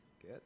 Good